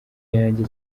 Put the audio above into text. yanjye